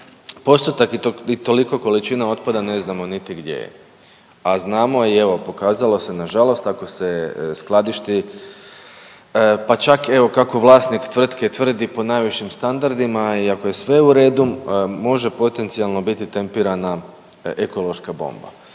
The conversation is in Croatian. postotak i toliko količina otpada ne znam niti gdje je, a znamo i evo pokazalo se nažalost ako se skladišti, pa čak evo kako vlasnik tvrtke tvrdi po najvišim standardima i ako je sve u redu može potencijalno biti tempirana ekološka bomba.